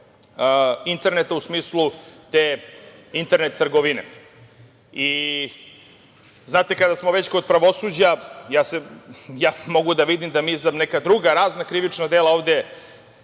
interneta u smislu te internet trgovine. Kada smo već kod pravosuđa ja mogu da vidim da mi za neka druga razna krivična dela ovde